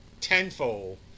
tenfold